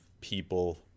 people